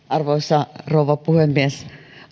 arvoisa rouva puhemies